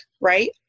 right